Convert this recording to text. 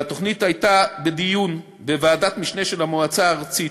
והתוכנית הייתה בדיון של ועדת משנה של המועצה הארצית,